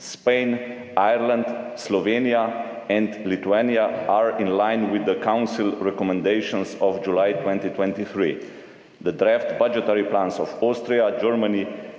Spain, Ireland, Slovenia, and Lithuania are in line with the Council Recommendations of July 2023. The Draft Budgetary Plans of Austria, Germany,